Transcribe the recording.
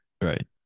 right